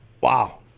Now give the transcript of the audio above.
Wow